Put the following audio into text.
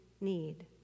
need